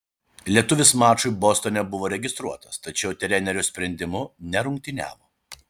lietuvis mačui bostone buvo registruotas tačiau trenerio sprendimu nerungtyniavo